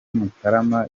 mutarama